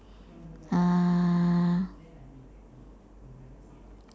uh